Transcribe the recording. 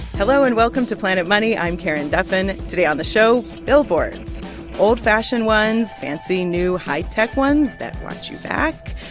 hello, and welcome to planet money. i'm karen duffin. today on the show, billboards old-fashioned ones, fancy new high-tech ones that watch you back.